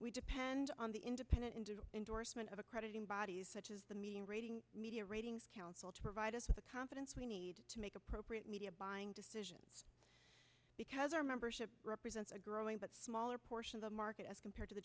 we depend on the independent and endorsement of accrediting bodies such as the media and rating media ratings council provide us with the confidence we need to make appropriate media buying decisions because our membership represents a growing but smaller portion of the market as compared to the